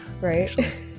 right